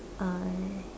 uh